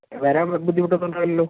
വരാൻ ബുദ്ധിമുട്ട് ഒന്നും ഉണ്ടാവില്ലല്ലോ